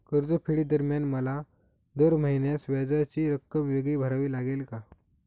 कर्जफेडीदरम्यान मला दर महिन्यास व्याजाची रक्कम वेगळी भरावी लागेल का?